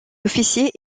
officier